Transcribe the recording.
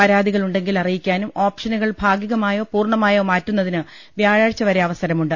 പരാതികളുണ്ടെങ്കിൽ അറിയിക്കാനും ഓപ്ഷ നുകൾ ഭാഗികമായോ പൂർണ്ണമായോ മാറ്റുന്നതിന് വ്യാഴാഴ്ച വരെ അവ സരമുണ്ട്